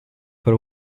per